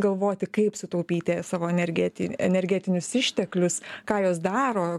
galvoti kaip sutaupyti savo energe energetinius išteklius ką jos daro